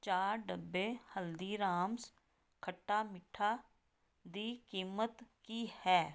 ਚਾਰ ਡੱਬੇ ਹਲਦੀਰਾਮਸ ਖੱਟਾ ਮੀਠਾ ਦੀ ਕੀਮਤ ਕੀ ਹੈ